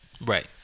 right